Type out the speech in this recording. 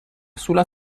sulla